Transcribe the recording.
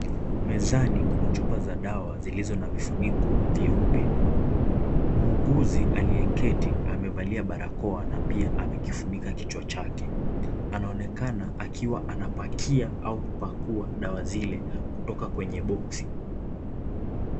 Mezani kuna chupa za dawa zilizo na vifuniko vyeupe. Muuguzi aliyeketi amevalia barakoa na pia amekifunika kichwa chake. Anaonekana akiwa akipakia au kupakua dawa zile kutoka kwenye boxi .